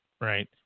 Right